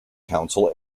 council